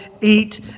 eat